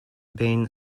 been